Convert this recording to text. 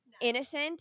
innocent